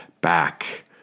back